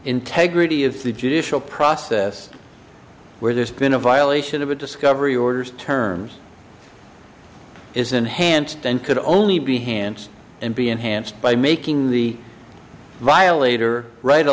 integrity of the judicial process where there's been a violation of a discovery orders terms is enhanced and could only be hance and be enhanced by making the violator write a